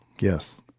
Yes